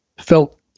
felt